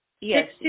Yes